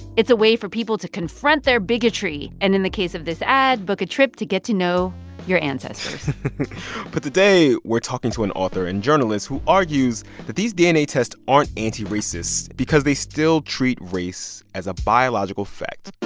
it's a way for people to confront their bigotry and, in the case of this ad, book a trip to get to know your ancestors but today, we're talking to an author and journalist who argues that these dna tests aren't anti-racist because they still treat race as a biological fact,